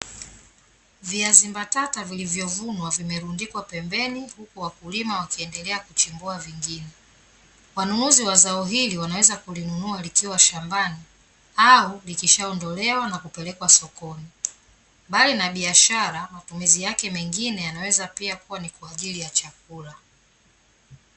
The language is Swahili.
Viazi mbatata vilivyovunwa vimelundikwa pembeni huku wakulima wakiendelea kuchimbua vingine. Wanunuzi wa zao hili wanaweza kulinunua likiwa shambani au likishaondolewa na kupelekwa sokoni. Mbali na biashara matumizi yake mengine yanaweza pia kuwa ni kwa ajili ya chakula.